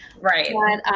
right